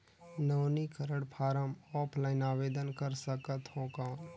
नवीनीकरण form offline आवेदन कर सकत हो कौन?